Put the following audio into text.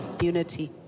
unity